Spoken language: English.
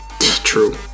True